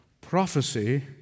prophecy